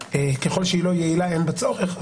ככל שהיא לא יעילה אין בה צורך,